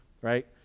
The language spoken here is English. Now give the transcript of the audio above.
Right